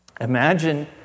Imagine